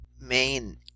main